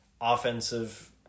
offensive